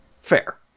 Fair